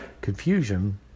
confusion